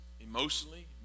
emotionally